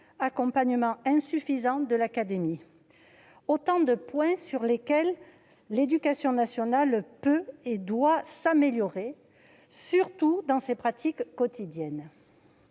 accompagnement insuffisant de l'académie. Autant de points sur lesquels l'éducation nationale peut et doit s'améliorer, particulièrement dans ses pratiques quotidiennes.